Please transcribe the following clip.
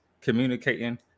communicating